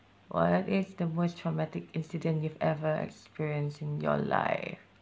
what is the worst traumatic incident you've ever experienced in your life